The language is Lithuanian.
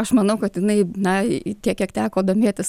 aš manau kad jinai na tiek kiek teko domėtis